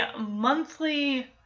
monthly